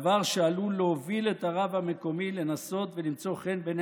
דבר שעלול להוביל את הרב המקומי לנסות ולמצוא חן בעיני